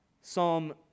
Psalm